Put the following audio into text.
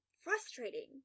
frustrating